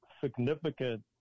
significant